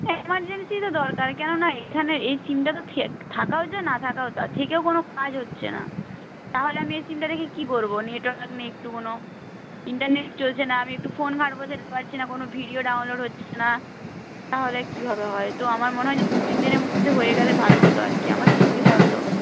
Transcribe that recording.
হ্যাঁ এমারজেন্সিতে দরকার কেননা এখানের এই সিমটা তো থাকাও যা না থাকাও তা থেকেও কোনো কাজ হচ্ছে না তাহলে আমি এই সিমটা রেখে কী করব নেটওয়ার্ক নেই একটু কোনো ইন্টারনেট চলছে না আমি একটু ফোন ঘাঁটব সেটা পারছি না কোনো ভিডিও ডাউনলোড হচ্ছে না তাহলে কীভাবে হয় তো আমার মনে হয় যে দুতিন দিনের মধ্যে হয়ে গেলে ভালো হতো আর কি আমার সুবিধা হতো